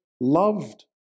loved